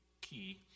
key